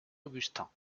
augustin